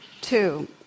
Two